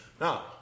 Now